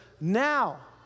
now